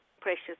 precious